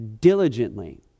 diligently